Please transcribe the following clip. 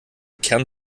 kern